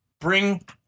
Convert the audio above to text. Bring